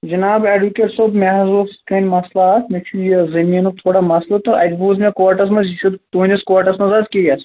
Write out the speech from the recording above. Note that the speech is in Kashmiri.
جناب اٮ۪ڈوکیٹ صٲب مےٚ حظ اوس یِتھ کٔنۍ مسلہٕ اکھ مےٚ چُھ یہِ زٔمیٖنُک تھوڑا مسلہٕ تہٕ اَتہِ بوٗز مےٚ کورٹس منٛز یہِ چُھ تُہندِس کورٹس منٛز حظ کیس